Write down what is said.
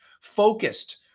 focused